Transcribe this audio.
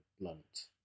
blunt